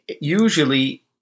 Usually